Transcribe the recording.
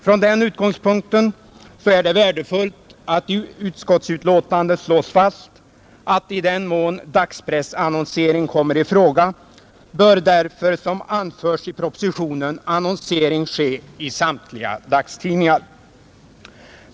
Från den utgångspunkten är det betydelsefullt att i utskottets betänkande slås fast att i den mån dagspressannonsering kommer i fråga bör, som anföres i propositionen, annonsering ske i samtliga dagstidningar.